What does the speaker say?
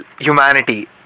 humanity